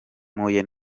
mpuye